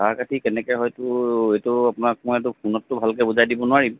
চাহ খেতি কেনেকৈ হয় সেইটো সেইটো আপোনাক মইতো ফোনততো ভালকৈ বুজাই দিব নোৱাৰিম